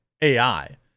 AI